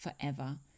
forever